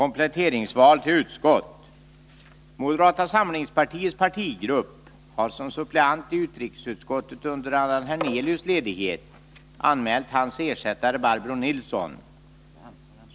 Moderata samlingspartiets partigrupp har som suppleant i utrikesutskottet under Allan Hernelius ledighet anmält hans ersättare Barbro Nilsson.